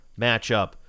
matchup